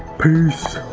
peace.